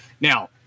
Now